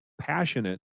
passionate